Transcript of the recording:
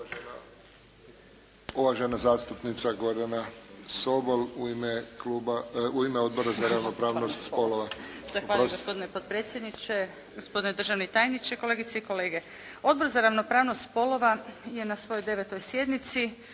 Uvažena zastupnica Gordana Sobol u ime kluba, u ime Odbora za ravnopravnost spolova.